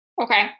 Okay